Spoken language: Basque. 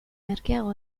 merkeago